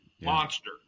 monster